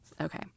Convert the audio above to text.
Okay